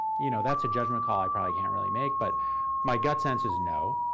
you know that's a judgment call i probably can't really make. but my gut sense is no.